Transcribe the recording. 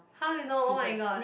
how you know oh-my-god